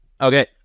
Okay